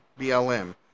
BLM